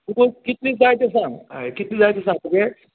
तुका कितलें जाय तें सांग हय कितलें जाय तें सांग तुगे